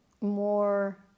more